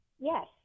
yes